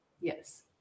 Yes